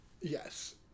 Yes